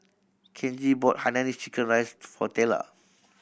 Kenji bought hainanese chicken rice for Tella